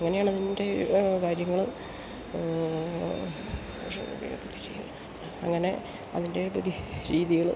അങ്ങനെയാണതിൻ്റെ കാര്യങ്ങള് പക്ഷേ ഒന്നും ചെയ്യത്തില്ല അങ്ങനെ അതിൻ്റെ ഒര് രീതികള്